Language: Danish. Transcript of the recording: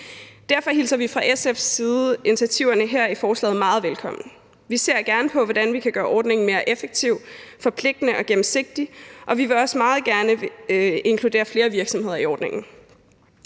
derfor hilser vi fra SF's side initiativerne her i forslaget meget velkommen. Vi ser gerne på, hvordan vi kan gøre ordningen mere effektiv, forpligtende og gennemsigtig, og vi vil også meget gerne inkludere flere virksomheder i ordningen.